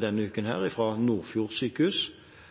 denne uken fra Nordfjord sjukehus,